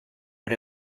but